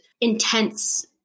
intense